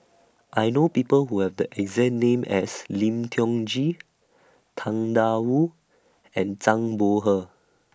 I know People Who Have The exact name as Lim Tiong Ghee Tang DA Wu and Zhang Bohe